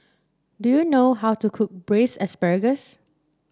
do you know how to cook Braised Asparagus